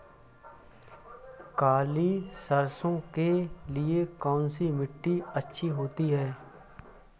काली सरसो के लिए कौन सी मिट्टी अच्छी होती है?